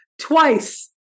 twice